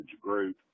group